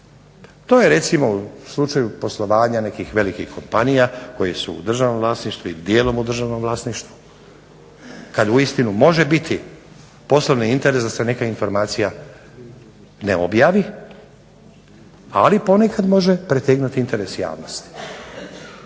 To je recimo u slučaju poslovanja nekih velikih kompanija koje su u državnom vlasništvu i dijelom u državnom vlasništvu kada uistinu može biti poslovni interes da se neka informacija ne objavi ali nekada može pretegnuti interes javnosti.